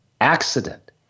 accident